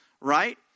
Right